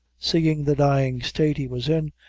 seein' the dyin' state he was in,